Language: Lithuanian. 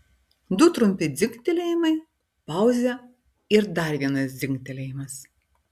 du trumpi dzingtelėjimai pauzė ir dar vienas dzingtelėjimas